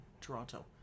Toronto